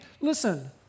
listen